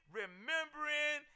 remembering